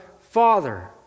Father